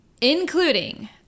including